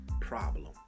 problem